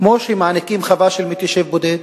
כמו שמעניקים חווה למתיישב בודד,